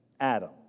Adam